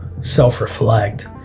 self-reflect